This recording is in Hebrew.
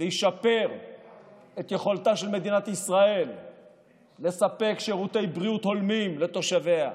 וישפר את יכולתה של מדינת ישראל לספק שירותי בריאות הולמים לתושביה.